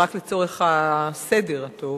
רק לצורך הסדר הטוב.